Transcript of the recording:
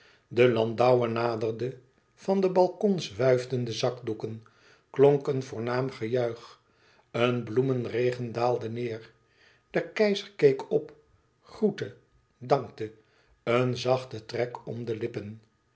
de landauer naderde van de balkons wuifden de zakdoeken klonk een voornaam gejuich een bloemenregen daalde neêr de keizer keek op groette dankte een zachten trek om de lippen